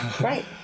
Right